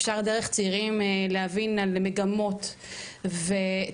אפשר דרך צעירים להבין על מגמות ותהליכים